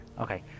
Okay